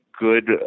good